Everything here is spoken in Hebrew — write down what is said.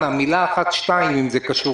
אנא, מילה אחת או שתיים, אם זה קשור